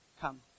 come